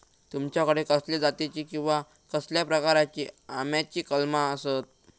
तुमच्याकडे कसल्या जातीची किवा कसल्या प्रकाराची आम्याची कलमा आसत?